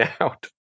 out